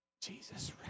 Jesus